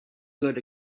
good